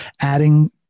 adding